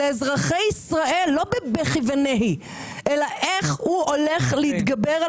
לאזרחי ישראל לא בבכי ונהי אלא איך הוא הולך להתגבר על